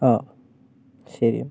ആ ശരി